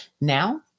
Now